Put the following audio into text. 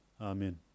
Amen